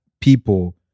people